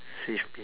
save me